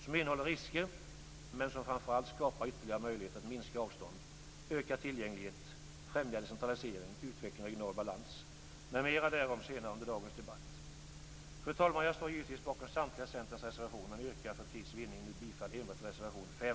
Det innebär risker, men det skapar framför allt ytterligare möjligheter att minska avstånd, öka tillgänglighet, främja decentralisering, utveckling och regional balans. Men mera därom senare under dagens debatt. Fru talman! Jag står givetvis bakom samtliga Centerns reservationer, men för tids vinning yrkar jag bifall enbart till reservation 5.